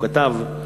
הוא כתב: